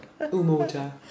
Umoja